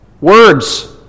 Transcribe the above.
words